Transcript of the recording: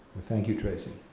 but thank you tracey.